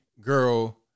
girl